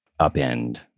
upend